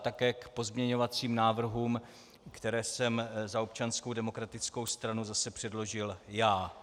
A také k pozměňovacím návrhům, které jsem za Občanskou demokratickou stranu zase předložil já.